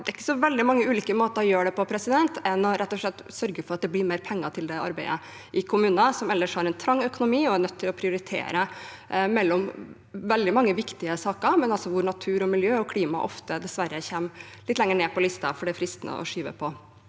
det er ikke så veldig mange ulike måter å gjøre det på. En må rett og slett sørge for at det blir mer penger til det arbeidet i kommuner som ellers har en trang økonomi og er nødt til å prioritere mellom veldig mange viktige saker, og hvor natur, miljø og klima ofte dessverre kommer litt lenger ned på listen fordi det er fristende å skyve på.